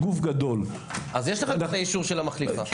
אז יש לך את האישור של המחליפה.